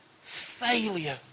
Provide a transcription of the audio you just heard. failure